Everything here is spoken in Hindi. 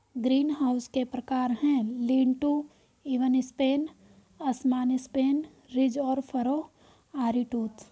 ग्रीनहाउस के प्रकार है, लीन टू, इवन स्पेन, असमान स्पेन, रिज और फरो, आरीटूथ